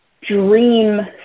dream